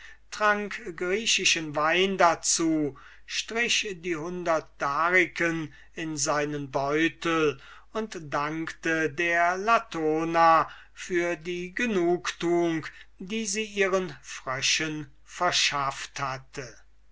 trank grichischen wein dazu strich die hundert dariken in seinen beutel und dankte der latona für die genugtuung die sie ihren fröschen verschafft hatte